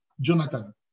Jonathan